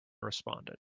responded